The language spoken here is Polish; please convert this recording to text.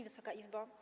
Wysoka Izbo!